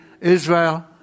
Israel